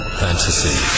fantasy